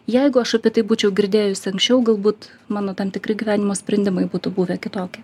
jeigu aš apie tai būčiau girdėjusi anksčiau galbūt mano tam tikri gyvenimo sprendimai būtų buvę kitokie